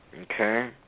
Okay